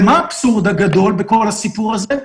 ומה האבסורד הגדול בכל הסיפור הזה?